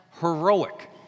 heroic